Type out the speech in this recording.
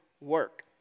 work